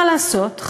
מה לעשות,